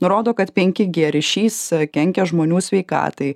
nurodo kad penki gė ryšys kenkia žmonių sveikatai